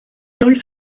oedd